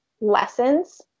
lessons